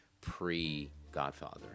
pre-Godfather